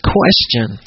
question